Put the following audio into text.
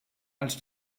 als